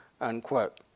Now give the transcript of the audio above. unquote